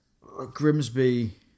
Grimsby